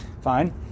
Fine